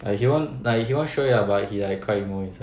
like he won't like he show it ah but he like quite emo inside